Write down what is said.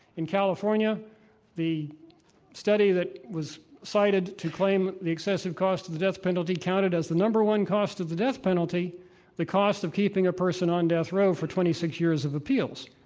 in california the study that was cited to claim the excessive cost of the death penalty counted as the number one cost of the death penalty the cost of keeping a person on death row for twenty six years of appeals.